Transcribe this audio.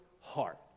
heart